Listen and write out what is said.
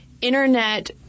Internet